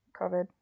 COVID